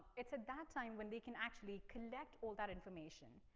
it's at that time when they can actually collect all that information,